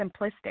simplistic